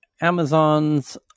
Amazon's